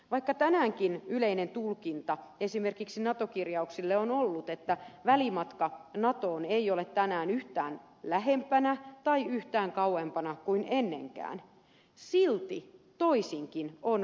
vaikka tänäänkin yleinen tulkinta esimerkiksi nato kirjauksista on ollut että välimatka natoon ei ole tänään yhtään lyhyempi tai yhtään pidempi kuin ennenkään silti toisinkin on väitetty